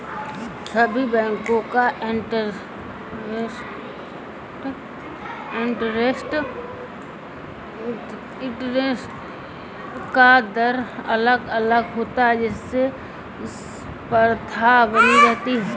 सभी बेंको का इंटरेस्ट का दर अलग अलग होता है जिससे स्पर्धा बनी रहती है